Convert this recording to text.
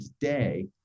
today